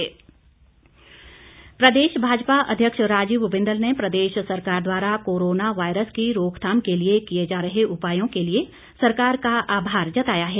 बिंदल प्रदेश भाजपा अध्यक्ष राजीव बिंदल ने प्रदेश सरकार द्वारा कोरोना वायरस की रोकथाम के लिए किए जा रहें उपायों के लिए सरकार का आभार जताया है